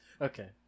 Okay